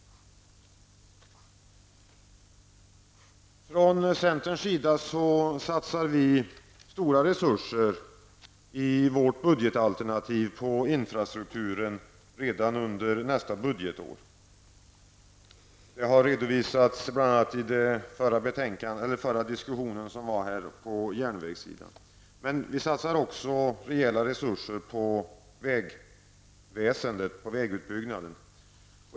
Från centerns sida satsar vi stora resurser i vårt budgetalternativ på infrastrukturen redan under nästa budgetår. Det har redovisats bl.a. i den förra debatten om järnvägarna. Vi satsar också rejäla resurser på vägutbyggnaden.